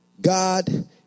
God